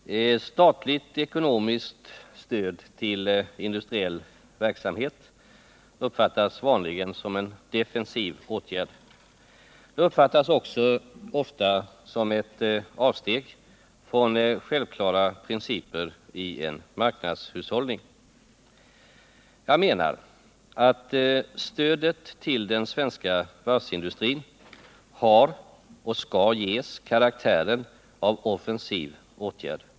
Herr talman! Statligt ekonomiskt stöd till industriell verksamhet uppfattas vanligen som en defensiv åtgärd. Det uppfattas också ofta som ett avsteg från självklara principer i en marknadshushållning. Jag menar att stödet till den svenska varvsindustrin har och skall ges karaktären av offensiv åtgärd.